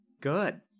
Good